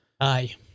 Aye